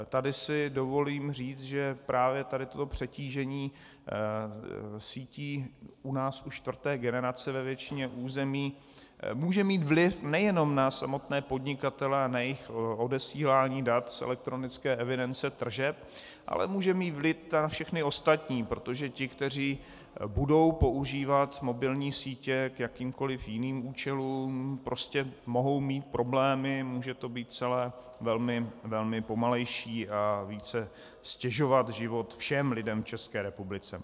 Tady si dovolím říct, že právě tady toto přetížení sítí u nás u čtvrté generace ve většině území může mít vliv nejenom na samotné podnikatele a na jejich odesílání dat z elektronické evidence tržeb, ale může mít vliv na všechny ostatní, protože ti, kteří budou používat mobilní sítě k jakýmkoliv jiným účelům, prostě mohou mít problémy, může to být celé velmi pomalejší, více ztěžovat život všem lidem v České republice.